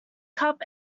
cup